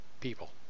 people